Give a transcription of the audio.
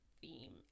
theme